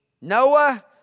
Noah